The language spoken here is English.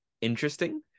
interesting